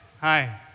Hi